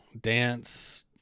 dance